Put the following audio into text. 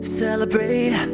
celebrate